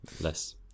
Less